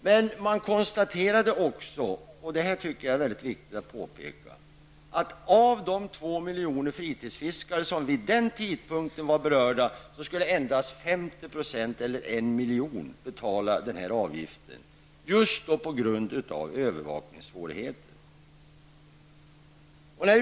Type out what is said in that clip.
Men man konstaterade också, och det tycker jag att det är väldigt viktigt att påpeka, att av de två miljoner fritidsfiskare som vid den tidpunkten var berörda skulle endast 50 % eller en miljon betala den här avgiften, just på grund av övervakningssvårigheterna.